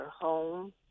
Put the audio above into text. home